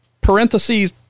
parentheses